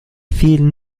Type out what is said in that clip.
fehlenden